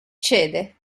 cede